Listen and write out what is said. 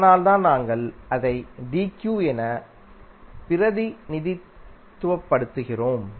அதனால்தான் நாங்கள் அதை என பிரதிநிதித்துவப்படுத்துகிறோம்